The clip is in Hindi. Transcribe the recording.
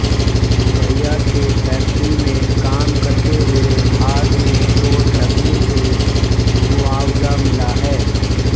भैया के फैक्ट्री में काम करते हुए हाथ में चोट लगने से मुआवजा मिला हैं